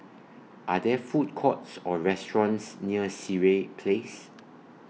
Are There Food Courts Or restaurants near Sireh Place